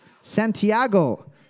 Santiago